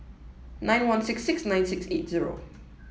nine one six six nine six eight zero